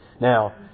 Now